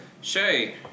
Shay